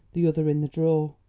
the other in the drawer?